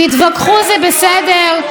תתווכחו, זה בסדר.